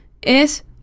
¿es